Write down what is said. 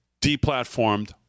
deplatformed